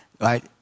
right